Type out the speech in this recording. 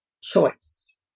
choice